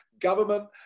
government